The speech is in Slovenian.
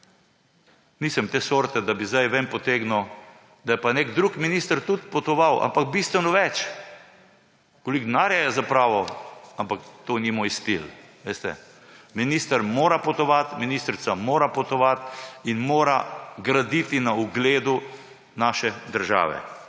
nisem te sorte, da bi zdaj ven potegnil, da ja pa neki drugi minister tudi potoval, ampak bistveno več, in koliko denarja je zapravil. Ampak to ni moj stil. Minister mora potovati, ministrica mora potovati in mora graditi na ugledu naše države.